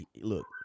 look